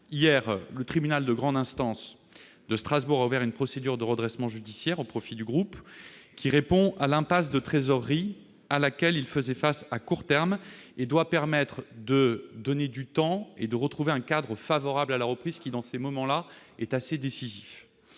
Hier, le tribunal de grande instance de Strasbourg a ouvert une procédure de redressement judiciaire au profit du groupe, qui répond à l'impasse de trésorerie à laquelle il faisait face à court terme. Cette décision devrait donner du temps et permettre de retrouver un cadre favorable à la reprise, ce qui est assez décisif